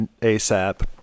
asap